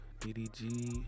DDG